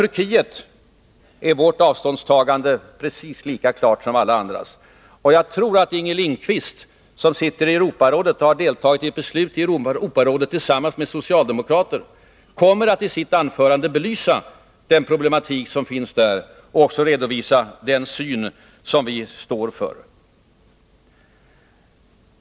Vårt avståndstagande beträffande Turkiet är precis lika klart som alla andras. Och jag tror att Inger Lindquist — som sitter i Europarådet och som där, tillsammans med socialdemokrater, har deltagit i ett beslut om Turkiet — isitt anförande kommer att belysa problematiken i Turkiet och redovisa den syn som vi står för.